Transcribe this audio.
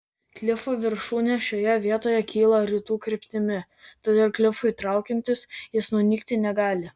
klifo viršūnė šioje vietoje kyla rytų kryptimi todėl klifui traukiantis jis nunykti negali